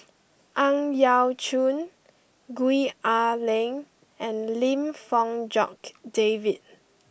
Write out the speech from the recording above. Ang Yau Choon Gwee Ah Leng and Lim Fong Jock David